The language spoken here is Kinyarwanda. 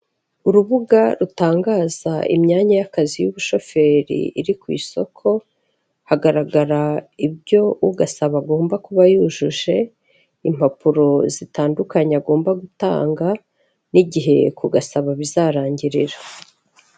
Urubuga rutangaza imyanya y'akazi y'ubushoferi iri ku isoko hagaragara ibyo ugasaba agomba kuba yujuje, impapuro zitandukanye agomba gutanga n'igihe kugasaba bizarangirira.